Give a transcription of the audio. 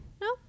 no